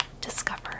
discover